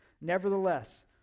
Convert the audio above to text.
Nevertheless